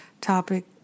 topic